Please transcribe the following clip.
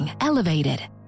elevated